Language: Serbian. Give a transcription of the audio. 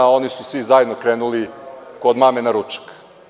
Oni su svi zajedno krenuli kod mame na ručak.